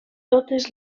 totes